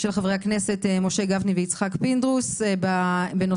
של חברי הכנסת משה גפני ויצחק פינדרוס בנושא